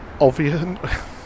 obvious